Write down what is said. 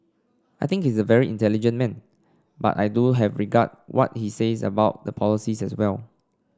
I think is a very intelligent man but I do have regard what he says about the polices as well